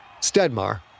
Stedmar